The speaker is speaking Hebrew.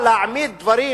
אבל להעמיד דברים